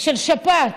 של שפעת,